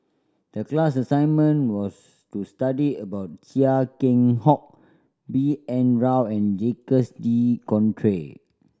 the class assignment was to study about Chia Keng Hock B N Rao and Jacques De Coutre